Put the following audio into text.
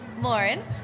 Lauren